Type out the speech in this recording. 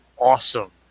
awesome